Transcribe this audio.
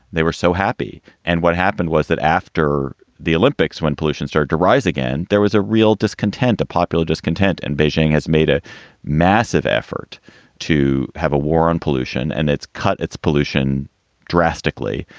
they were so happy. and what happened was that after the olympics, when pollution started to rise again, there was a real discontent, a popular discontent. and beijing has made a massive effort to have a war on pollution, and it's cut its pollution drastically.